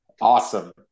Awesome